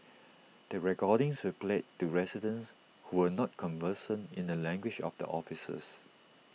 the recordings were played to residents who were not conversant in the language of the officers